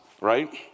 right